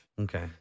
Okay